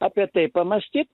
apie tai pamąstyt